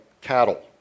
cattle